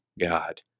God